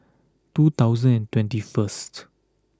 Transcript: two thousand and twenty first